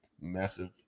massive